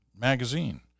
magazine